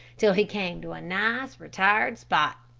till he came to a nice, retired spot,